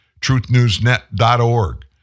Truthnewsnet.org